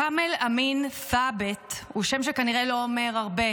כאמל אמין ת'אבת הוא שם שכנראה לא אומר הרבה